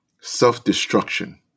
self-destruction